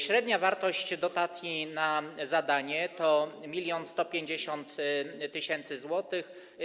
Średnia wartość dotacji na zadanie to 1150 tys. zł.